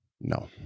No